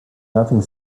nothing